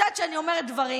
אני יודעת שאני אומרת דברים,